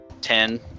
Ten